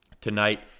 tonight